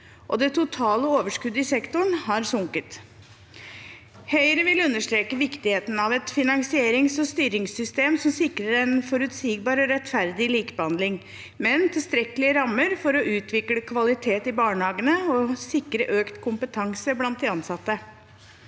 det totale overskuddet i sektoren har sunket. Høyre vil understreke viktigheten av et finansierings- og styringssystem som sikrer en forutsigbar og rettferdig likebehandling, med tilstrekkelige rammer for å utvikle kvalitet i barnehagene og sikre økt kompetanse blant de ansatte.